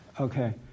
Okay